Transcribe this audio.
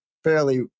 fairly